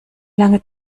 lange